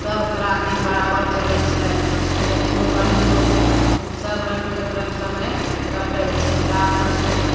सबके दिन बराबर चलै छै गरीबोके अमीरोके सबरंगके एकरंग समय कटै छै रातोदिनो